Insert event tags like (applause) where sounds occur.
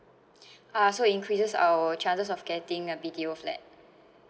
(breath) ah so increases our chances of getting a B_T_O flat